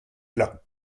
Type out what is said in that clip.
plat